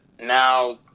now